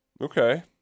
okay